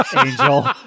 Angel